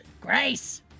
Grace